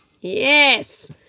yes